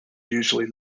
usually